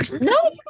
No